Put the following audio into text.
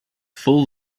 full